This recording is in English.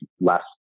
less